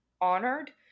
honored